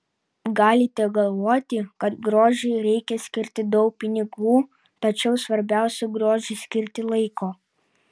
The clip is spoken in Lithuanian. galite galvoti kad grožiui reikia skirti daug pinigų tačiau svarbiausia grožiui skirti laiko